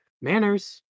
manners